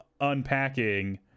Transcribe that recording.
unpacking